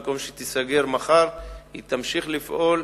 במקום שהיא תיסגר מחר היא תמשיך לפעול,